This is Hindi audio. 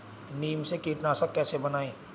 नीम से कीटनाशक कैसे बनाएं?